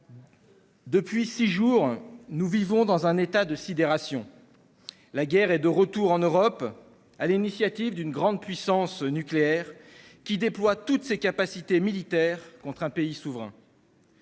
depuis six jours, nous vivons dans un état de sidération. La guerre est de retour en Europe, à l'initiative d'une grande puissance nucléaire qui déploie toutes ses capacités militaires contre un pays souverain.